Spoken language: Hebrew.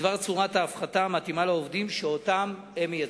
בדבר צורת ההפחתה המתאימה לעובדים שאותם הם מייצגים.